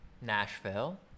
nashville